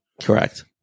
Correct